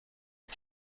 کار